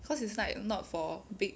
cause it's like not for big